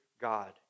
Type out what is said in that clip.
God